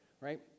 right